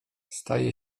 zdaje